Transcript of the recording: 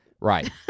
Right